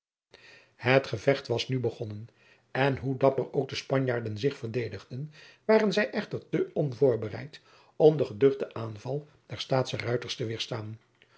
het gevecht was nu begonnen en hoe dapper ook de spanjaarden zich verdedigden waren zij echter te onvoorbereid om den geduchten aanval der staatsche ruiters te weêrstaan